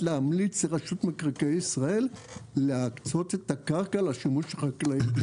להמליץ לרשות מקרקעי ישראל להקצות את הקרקע לשימוש החקלאי.